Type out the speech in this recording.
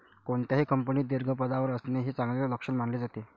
कोणत्याही कंपनीत दीर्घ पदावर असणे हे चांगले लक्षण मानले जाते